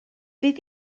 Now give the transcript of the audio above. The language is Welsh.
fydd